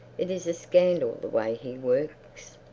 it is a scandal the way he works.